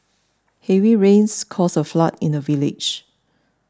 heavy rains caused a flood in the village